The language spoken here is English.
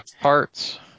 parts